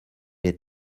les